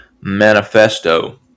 Manifesto